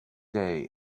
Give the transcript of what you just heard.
day